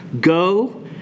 Go